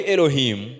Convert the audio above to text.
Elohim